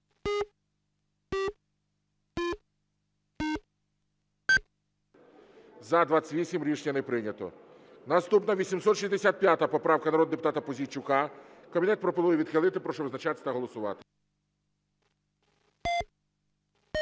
За-28 Рішення не прийнято. Наступна 865 поправка народного депутата Пузійчука. Комітет пропонує відхилити. Прошу визначатись та голосувати.